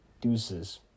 deuces